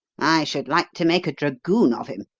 i should like to make a dragoon of him.